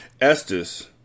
Estes